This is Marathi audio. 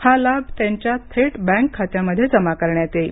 हा लाभ त्यांच्या बँक खात्यामध्ये थेट जमा करण्यात येईल